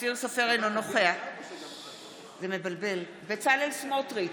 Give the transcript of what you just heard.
אינו נוכח בצלאל סמוטריץ'